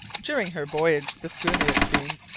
during her voyage, the schooner, it seems,